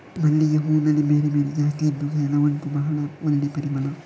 ಮಲ್ಲಿಗೆ ಹೂನಲ್ಲಿ ಬೇರೆ ಬೇರೆ ಜಾತಿ ಇದ್ದು ಕೆಲವಂತೂ ಭಾಳ ಒಳ್ಳೆ ಪರಿಮಳ